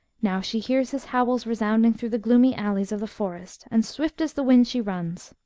now she hears his howls resounding through the gloomy alleys of the forest, and swift as the wind she runs.